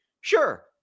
sure